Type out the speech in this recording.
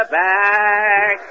back